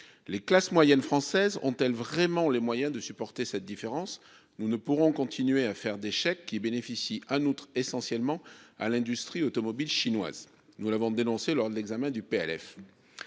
les classes moyennes françaises ont-elles vraiment les moyens de supporter cette différence. Nous ne pourrons continuer à faire des chèques qui bénéficie à notre essentiellement à l'industrie automobile chinoise, nous l'avons dénoncé lors de l'examen du PLF.